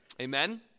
Amen